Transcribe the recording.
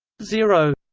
zero,